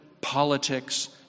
politics